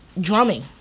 drumming